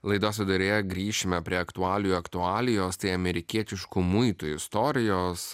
laidos viduryje grįšime prie aktualijų aktualijos tai amerikietiškų muitų istorijos